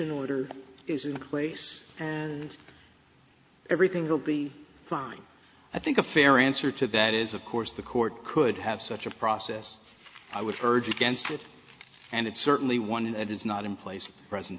an order is in place and everything will be fine i think a fair answer to that is of course the court could have such a process i would urge against it and it's certainly one that is not in place present